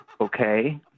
Okay